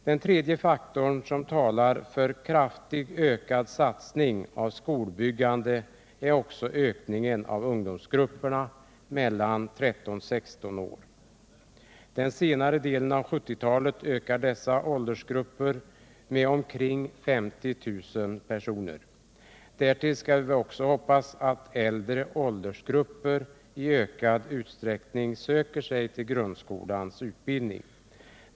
Den tredje faktorn som talar för en kraftig ökning av skolbyggandet är den starka ökningen av ungdomsgrupperna mellan 13 och 16 år. Under den senare delen av 1970-talet växer dessa åldersgrupper med omkring 50 000 personer. Dessutom hoppas vi att äldre personer i ökande utsträckning kommer att söka sig till grundskolans utbildning.